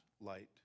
light